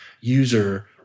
user